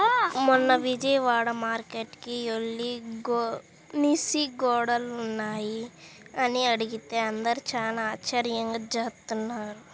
మొన్న విజయవాడ మార్కేట్టుకి యెల్లి గెనిసిగెడ్డలున్నాయా అని అడిగితే అందరూ చానా ఆశ్చర్యంగా జూత్తన్నారు